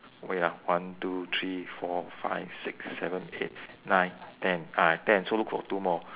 wait ah one two three four five six seven eight nine ten ah ten so look for two more